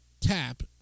tap